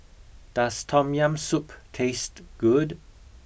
does tom yam soup taste good